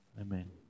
Amen